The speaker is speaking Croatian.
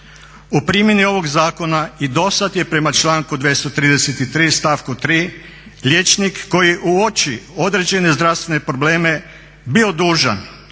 U primjeni ovog zakona i dosad je prema članku 233.stavku 3.liječnik koji uoči određene zdravstvene probleme bio dužan